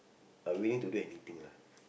I willing to do anything lah